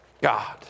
God